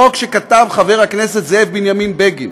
החוק שכתב חבר הכנסת זאב בנימין בגין,